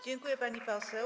Dziękuję, pani poseł.